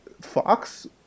Fox